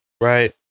right